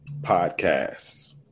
podcasts